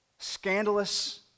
scandalous